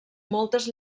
moltes